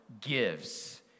gives